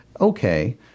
okay